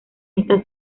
esta